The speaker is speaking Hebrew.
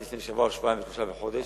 לפני שבוע ושבועיים ושלושה וחודש.